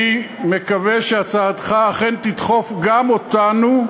אני מקווה שהצעתך אכן תדחוף גם אותנו,